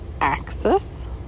axis